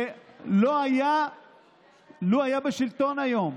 לו היה בשלטון היום,